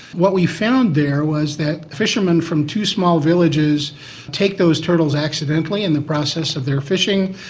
what we found there was that fishermen from two small villages take those turtles accidentally in the process of their fishing.